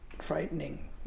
frightening